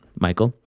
Michael